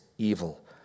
evil